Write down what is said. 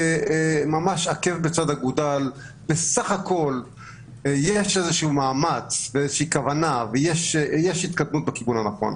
בסך הכול יש מאמץ ויש התקדמות בכיוון הנכון,